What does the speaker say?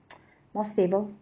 more stable